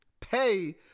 pay